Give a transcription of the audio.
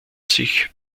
sich